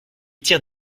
tire